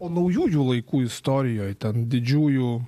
o naujųjų laikų istorijoj ten didžiųjų